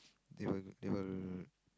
they will they will